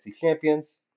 champions